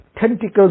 tentacles